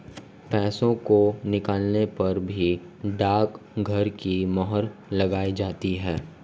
पैसों को निकालने पर भी डाकघर की मोहर लगाई जाती है